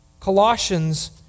Colossians